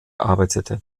arbeitete